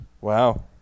wow